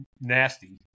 nasty